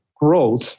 growth